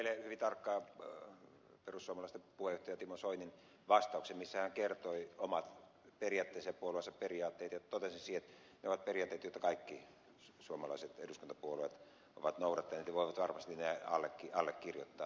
kuuntelin eilen hyvin tarkkaan perussuomalaisten puheenjohtaja timo soinin vastauksen missä hän kertoi omat periaatteensa ja puolueensa periaatteet ja totesin siihen että ne ovat periaatteita joita kaikki suomalaiset eduskuntapuolueet ovat noudattaneet ja voivat varmasti ne allekirjoittaa